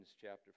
chapter